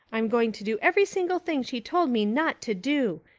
i'm going to do every single thing she told me not to do.